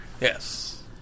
Yes